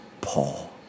Paul